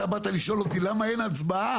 אתה באת לשאול אותי למה אין הצבעה,